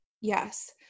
Yes